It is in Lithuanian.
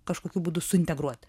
kažkokiu būdu suintegruot